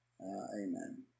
Amen